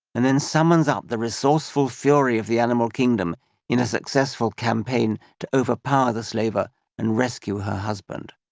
and then summons up the resourceful fury of the animal kingdom in a successful campaign to overpower the slaver and rescue her husband.